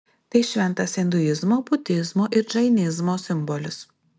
tai šventas induizmo budizmo ir džainizmo simbolis